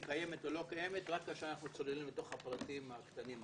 קיימת או לא קיימת רק כאשר אנחנו צוללים לתוך הפרטים הקטנים הללו.